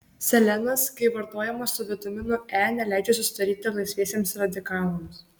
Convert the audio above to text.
selenas kai vartojamas su vitaminu e neleidžia susidaryti laisviesiems radikalams